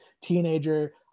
teenager